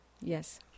Yes